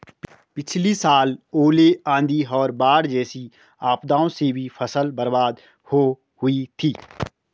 पिछली साल ओले, आंधी और बाढ़ जैसी आपदाओं से भी फसल बर्बाद हो हुई थी